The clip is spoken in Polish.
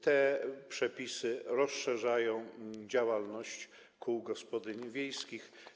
Te przepisy rozszerzają działalność kół gospodyń wiejskich.